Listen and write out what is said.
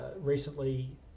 recently